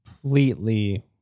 completely